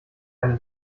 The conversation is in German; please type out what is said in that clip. einem